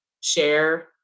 share